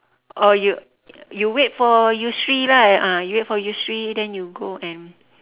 or you you wait for yusri lah ah you for yusri then you go and